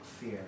fear